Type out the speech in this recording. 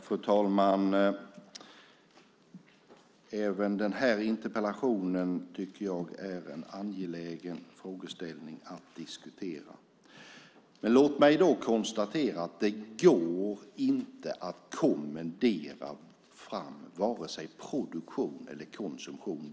Fru talman! Även den här interpellationen är en angelägen fråga att diskutera. Låt mig konstatera att det inte går att kommendera fram vare sig produktion eller konsumtion.